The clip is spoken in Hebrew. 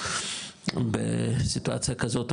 בסיטואציה כזאת,